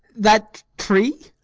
that tree?